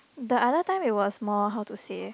the other time it was more how to say